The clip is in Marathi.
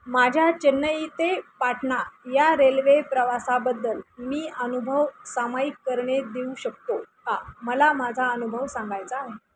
माझ्या चेन्नई ते पाटणा या रेल्वे प्रवासाबद्दल मी अनुभव सामायिक करणे देऊ शकतो का मला माझा अनुभव सांगायचा आहे